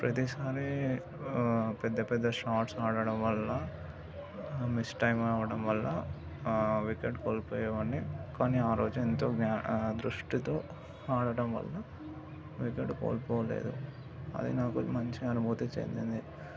ప్రతీసారి పెద్ద పెద్ద షాట్స్ ఆడటం వల్ల మిస్ టైమ్ అవడం వల్ల ఆ వికెట్ కోల్పోయే వాన్ని కానీ ఆ రోజు ఎంతో దృష్టితో ఆడటం వల్ల వికెట్ కోల్పోలేదు అది నాకు మంచి అనుభూతి చెందింది